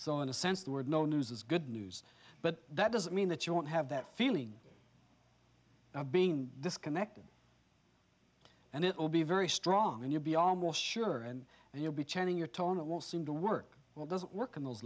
so in a sense the word no news is good news but that doesn't mean that you won't have that feeling of being disconnected and it will be very strong and you'll be almost sure and and you'll be changing your tone it will seem to work well doesn't work on those